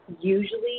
usually